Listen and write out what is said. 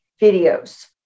videos